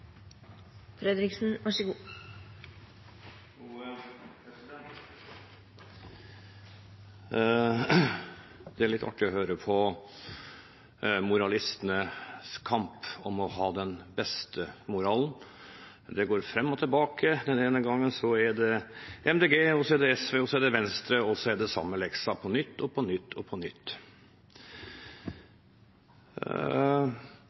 litt artig å høre på moralistenes kamp om å ha den beste moralen. Det går fram og tilbake. Den ene gangen er det MDG, så er det SV, og så er det Venstre – og det er den samme leksa på nytt og på nytt og på